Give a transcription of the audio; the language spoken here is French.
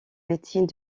médecine